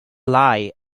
lie